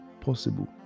possible